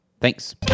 Thanks